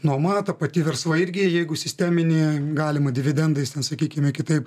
nuoma ta pati versla jeigu sisteminėj galima dividendais sakykime kitaip